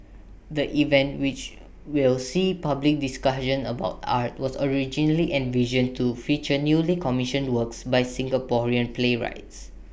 the event which will see public discussions about art was originally envisioned to feature newly commissioned works by Singaporean playwrights